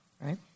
right